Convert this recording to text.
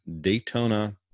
Daytona